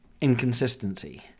inconsistency